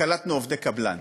וקלטנו עובדי קבלן.